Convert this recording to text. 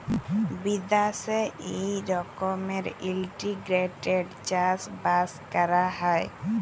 বিদ্যাশে ই রকমের ইলটিগ্রেটেড চাষ বাস ক্যরা হ্যয়